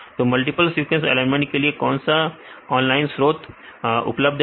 तो multiple sequence alignment के लिए कौन से ऑनलाइन स्रोत उपलब्ध है